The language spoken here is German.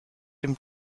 dem